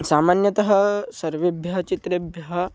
सामान्यतः सर्वेभ्यः चित्रेभ्यः